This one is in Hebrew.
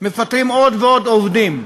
מפטרים עוד ועוד עובדים.